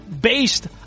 based